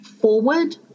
forward